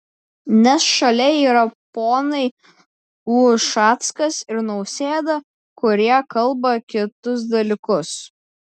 nes šalia yra ponai ušackas ir nausėda kurie kalba kitus dalykus